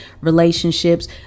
relationships